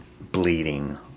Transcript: bleeding